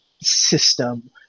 system